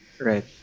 Right